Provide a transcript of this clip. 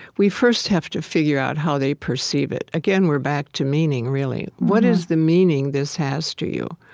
we first have to figure out how they perceive it. again, we're back to meaning, really. what is the meaning this has to you?